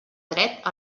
dret